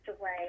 away